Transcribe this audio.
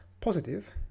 positive